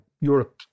Europe